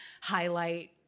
highlight